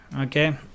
okay